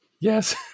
Yes